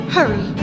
Hurry